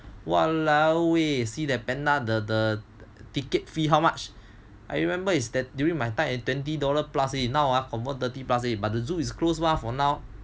!walao! eh see that panda the ticket fee how much I remember that during my time is twenty dollar plus eh now confirm thirty dollar plus but the zoo is closed mah for now